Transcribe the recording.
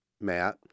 Matt